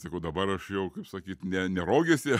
sakau dabar aš jau kaip sakyt ne ne rogėse